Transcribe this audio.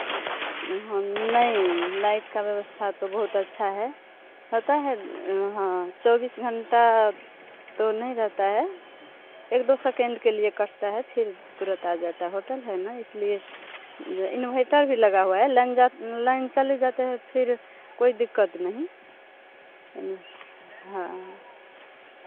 नहीं लाइट का व्यवस्था तो बहुत अच्छा है पता है हाँ चौबीस घंटा तो नहीं रहता है एक दो सेकेंड के लिए कटता है फिर तुरंत आ जाता है होटल है ना इसलिए इन्वर्टर भी लगा हुआ है लाइन जाते लाइन चले जाते हैं फिर कोई दिक्कत नहीं हाँ